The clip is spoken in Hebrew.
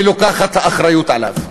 ולוקחת אחריות עליו.